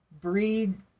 breed